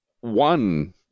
one